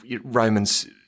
Romans